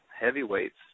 heavyweights